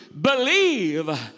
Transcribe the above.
believe